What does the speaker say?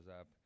up